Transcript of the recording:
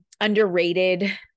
underrated